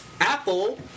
Apple